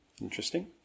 Interesting